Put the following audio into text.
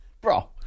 Bro